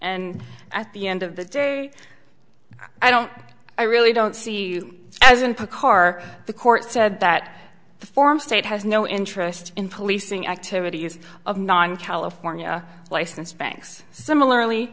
and at the end of the day i don't i really don't see it as an pick or the court said that the former state has no interest in policing activities of nine california license banks similarly